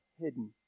hidden